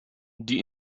die